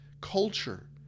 culture